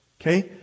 Okay